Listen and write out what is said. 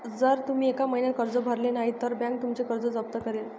जर तुम्ही एका महिन्यात कर्ज भरले नाही तर बँक तुमचं घर जप्त करेल